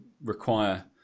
require